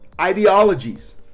ideologies